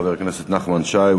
חבר הכנסת נחמן שי,